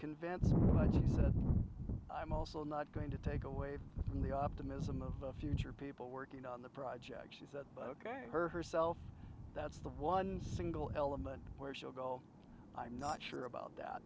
convinced by jesus i'm also not going to take away from the optimism of the future people working on the projects is that ok her herself that's the one single element where she'll go i'm not sure about that